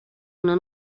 una